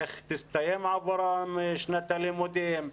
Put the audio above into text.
איך תסתיים עבורם שנת הלימודים?